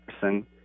person